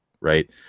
Right